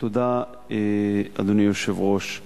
תודה, אדוני היושב-ראש.